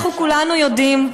כולנו יודעים,